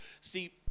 See